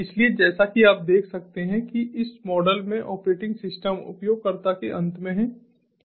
इसलिए जैसा कि आप देख सकते हैं कि इस मॉडल में ऑपरेटिंग सिस्टम उपयोगकर्ता के अंत में है